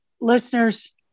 listeners